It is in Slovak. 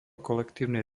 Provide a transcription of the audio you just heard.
kolektívnej